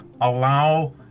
Allow